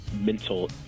mental